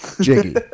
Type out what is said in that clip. Jiggy